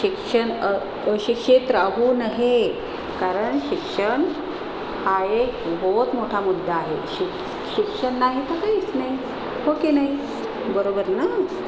शिक्षण अशिक्षित राहू नये कारण शिक्षण हा एक बोहोत मोठा मुद्दा आहे शिक शिक्षण नाही तर काहीच नाही हो की नाही बरोबर ना